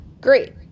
great